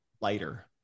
lighter